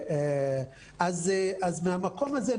מהמקום הזה,